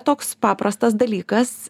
toks paprastas dalykas